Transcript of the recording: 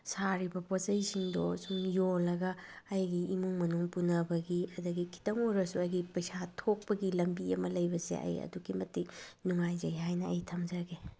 ꯁꯥꯔꯤꯕ ꯄꯣꯠꯆꯩꯁꯤꯡꯗꯣ ꯁꯨꯝ ꯌꯣꯜꯂꯒ ꯑꯩꯒꯤ ꯏꯃꯨꯡ ꯃꯅꯨꯡ ꯄꯨꯅꯕꯒꯤ ꯑꯗꯒꯤ ꯈꯤꯇꯪ ꯑꯣꯏꯔꯁꯨ ꯑꯩꯒꯤ ꯄꯩꯁꯥ ꯊꯣꯛꯄꯒꯤ ꯂꯝꯕꯤ ꯑꯃ ꯂꯩꯕꯁꯦ ꯑꯩ ꯑꯗꯨꯛꯀꯤ ꯃꯇꯤꯛ ꯅꯨꯉꯥꯏꯖꯩ ꯍꯥꯏꯅ ꯑꯩ ꯊꯝꯖꯒꯦ